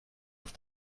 auf